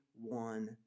one